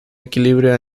equilibrio